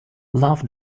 love